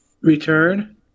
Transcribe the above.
Return